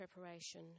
preparation